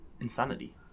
insanity